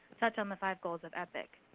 touch on the five goals of epic.